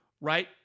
right